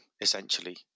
essentially